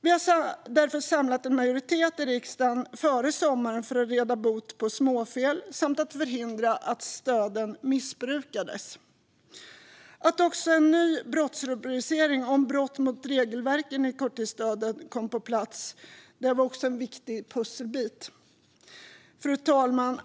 Vi samlade därför en majoritet i riksdagen före sommaren för att råda bot på småfel samt förhindra att stöden missbrukades. Att en ny brottsrubricering om brott mot regelverket i korttidsstödet kom på plats var också en viktig pusselbit. Allt detta, fru talman,